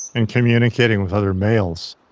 and communicating with other males.